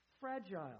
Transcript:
fragile